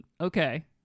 Okay